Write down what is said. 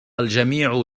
الجميع